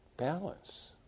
balance